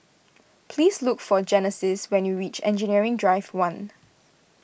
please look for Genesis when you reach Engineering Drive one